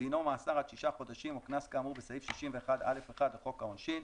דינו מאסר עד שישה חודשים או קנס כאמור בסעיף 61(א)(1) לחוק העונשין,